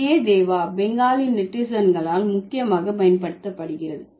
தகியே தேவா பெங்காலி நெட்டிசன்களால் முக்கியமாக பயன்படுத்தப்படுகிறது